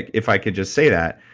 if i could just say that,